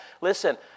Listen